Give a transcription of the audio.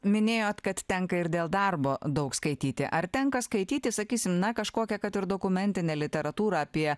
minėjot kad tenka ir dėl darbo daug skaityti ar tenka skaityti sakysim na kažkokią kad ir dokumentinę literatūrą apie